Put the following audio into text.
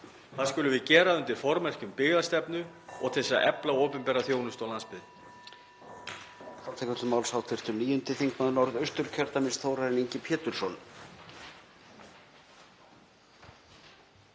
Það skulum við gera undir formerkjum byggðastefnu og til að efla opinbera þjónustu á landsbyggðinni.